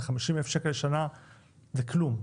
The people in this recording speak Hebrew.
50,000 שקל לשנה זה כלום.